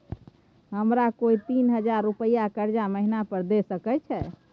हमरा कोय तीन हजार रुपिया कर्जा महिना पर द सके छै?